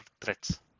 threats